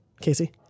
Casey